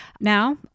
Now